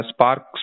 Spark